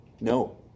No